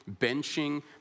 benching